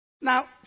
Now